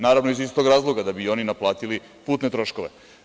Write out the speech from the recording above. Naravno iz istog razloga, da bi i oni naplatili putne troškove.